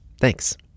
Thanks